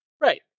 right